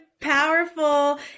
powerful